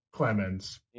Clemens